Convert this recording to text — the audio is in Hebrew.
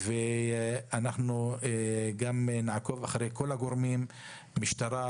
אנחנו גם נעקוב אחרי כל הגורמים: המשטרה,